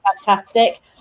fantastic